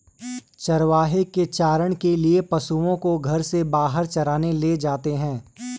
चरवाहे चारण के लिए पशुओं को घर से बाहर चराने ले जाते हैं